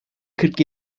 kırk